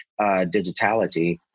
digitality